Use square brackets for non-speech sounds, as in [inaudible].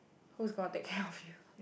who's gonna take care of you [breath]